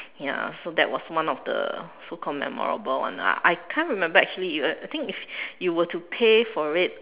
ya so that was one of the so called memorable one lah I can't remember actually if you were to pay for it